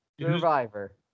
Survivor